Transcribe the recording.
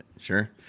Sure